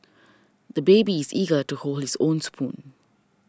the baby is eager to hold his own spoon